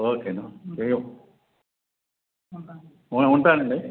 okay ఉంటానండి